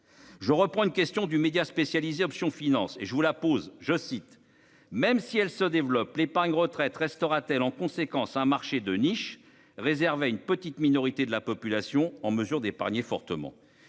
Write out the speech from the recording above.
Je reprends une question du média spécialisé option finance et je vous la pose, je cite, même si elle se développe l'épargne retraite restera-t-elle en conséquence un marché de niche réservée à une petite minorité de la population en mesure d'épargner fortement.